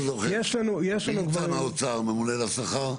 מי נמצא מהאוצר, הממונה על השכר?